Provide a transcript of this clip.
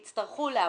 יצטרכו להמתין.